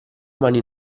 mani